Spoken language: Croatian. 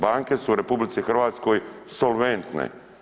Banke su u RH solventne.